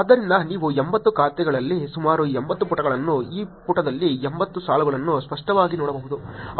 ಆದ್ದರಿಂದ ನೀವು 80 ಖಾತೆಗಳಲ್ಲಿ ಸುಮಾರು 80 ಪುಟಗಳನ್ನು ಈ ಪುಟದಲ್ಲಿ 80 ಸಾಲುಗಳನ್ನು ಸ್ಪಷ್ಟವಾಗಿ ನೋಡಬಹುದು